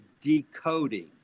decoding